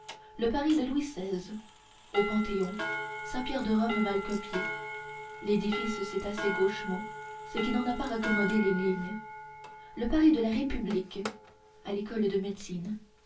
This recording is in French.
le paris de louis xvi au panthéon saint-pierre de rome mal copié l'édifice s'est tassé gauchement ce qui n'en a pas raccommodé les lignes le paris de la république à l'école de médecine